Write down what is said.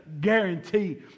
guarantee